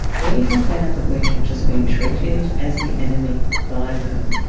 we have found that we have just been treated as the enemy by them.